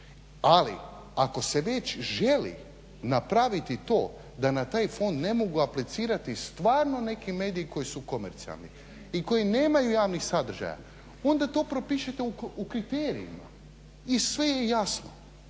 Ali ako se već želi napraviti to da na taj fond ne mogu aplicirati stvarno neki mediji koji su komercijalni i koji nemaju javnih sadržaja, onda to poprište u kriterijima i sve je jasno